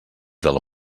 del